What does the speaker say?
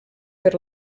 per